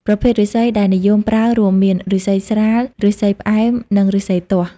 ប្រភេទឫស្សីដែលនិយមប្រើរួមមាន ឫស្សីស្រាល ឫស្សីផ្អែម និងឫស្សីទាស់។